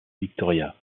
victoria